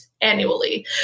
annually